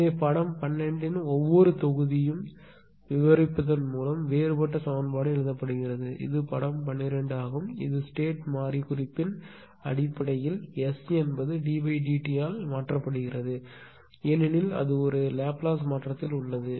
எனவே படம் 12 இன் ஒவ்வொரு தொகுதியையும் விவரிப்பதன் மூலம் வேறுபட்ட சமன்பாடு எழுதப்படுகிறது இது படம் 12 ஆகும் இது ஸ்டேட் மாறி குறிப்பின் அடிப்படையில் S என்பது ddt ஆல் மாற்றப்படுகிறது ஏனெனில் அது ஒரு லாப்லேஸ் மாற்றத்தில் உள்ளது